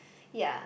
yea